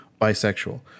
bisexual